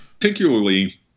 particularly